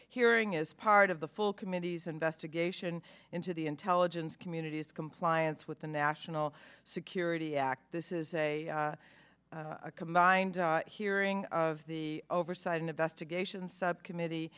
hearing is part of the full committee's investigation into the intelligence community's compliance with the national security act this is a a combined hearing of the oversight and investigation subcommittee